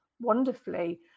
wonderfully